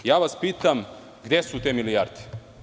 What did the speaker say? Ja vas pitam – gde su te milijarde?